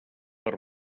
per